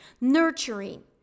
nurturing